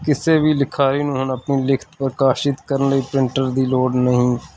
ਕਿਸੇ ਵੀ ਲਿਖਾਰੀ ਨੂੰ ਹੁਣ ਆਪਣੀ ਲਿਖਤ ਪ੍ਰਕਾਸ਼ਿਤ ਕਰਨ ਲਈ ਪ੍ਰਿੰਟਰ ਦੀ ਲੋੜ ਨਹੀਂ